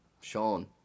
Sean